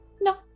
No